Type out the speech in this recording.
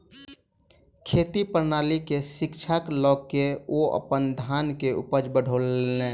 खेती प्रणाली के शिक्षा लय के ओ अपन धान के उपज बढ़ौलैन